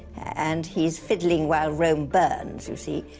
and he's fiddling while rome burns, you see.